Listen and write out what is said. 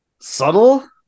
subtle